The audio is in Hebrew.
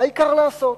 העיקר לעשות.